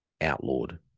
outlawed